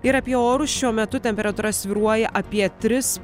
ir apie orus šiuo metu temperatūra svyruoja apie tris